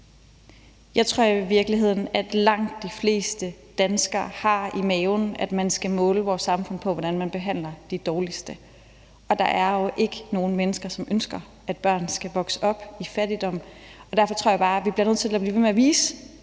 Jeg tror jo, at langt de fleste danskere i virkeligheden har i maven, at man skal måle vores samfund på, hvordan man behandler de dårligst stillede. Der er jo ikke nogen mennesker, som ønsker, at børn skal vokse op i fattigdom. Derfor tror jeg bare, at vi bliver nødt til at blive ved med at vise